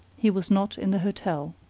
he was not in the hotel.